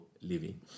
living